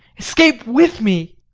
escape with me.